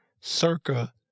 circa